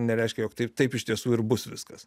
nereiškia jog taip taip iš tiesų ir bus viskas